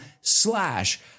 slash